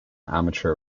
amateur